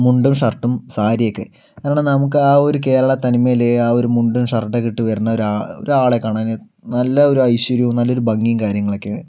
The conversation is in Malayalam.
മുണ്ടും ഷര്ട്ടും സാരിയൊക്കെ കാരണം നമുക്ക് ആ ഒരു കേരള തനിമയില് ആ ഒരു മുണ്ടും ഷര്ട്ടുമൊക്കെ ഇട്ട് വരന്നൊരാളെ കാണാൻ നല്ലൊരു ഐശ്വര്യവും നല്ലൊരു ഭംഗിയും കാര്യങ്ങളൊക്കെയാണ്